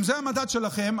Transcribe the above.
אם זה המדד שלכם,